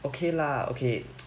okay lah okay